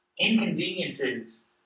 inconveniences